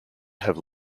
have